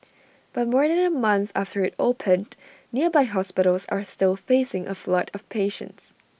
but more than A month after IT opened nearby hospitals are still facing A flood of patients